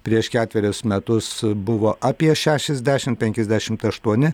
prieš ketverius metus buvo apie šešiasdešim penkiasdešimt aštuoni